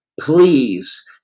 please